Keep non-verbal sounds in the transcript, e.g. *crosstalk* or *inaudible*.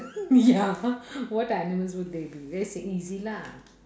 *laughs* ya *laughs* what animals would they be very s~ easy lah